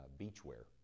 beachwear